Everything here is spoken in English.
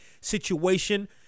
situation